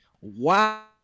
Wow